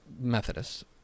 Methodist